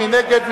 מי נגד?